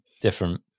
different